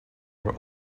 were